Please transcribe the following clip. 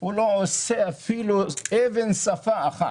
הוא לא עושה אפילו אבן שפה אחת.